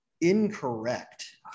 Incorrect